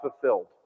fulfilled